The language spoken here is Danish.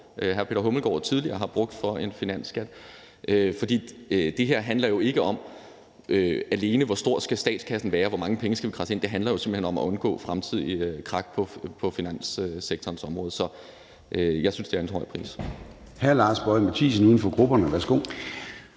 hr. Peter Hummelgaard tidligere har brugt for en finansskat. Det her handler jo ikke alene om, hvor stor statskassen skal være, og hvor mange penge vi skal kradse ind; det handler jo simpelt hen om at undgå fremtidige krak på finanssektorens område. Så jeg synes, det er en høj pris.